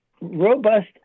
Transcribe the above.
robust